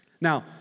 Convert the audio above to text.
Now